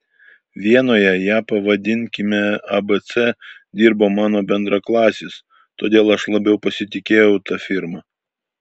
vienoje ją pavadinkime abc dirbo mano bendraklasis todėl aš labiau pasitikėjau ta firma